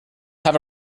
have